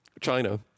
China